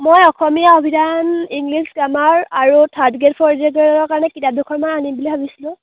মই অসমীয়া অভিধান English grammar আৰু থাৰ্ড গ্ৰেড ফ'ৰ্ড গ্ৰেডৰ কাৰণে কিতাপ দুখনমান আনিম বুলি ভাবিছিলোঁ